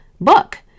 book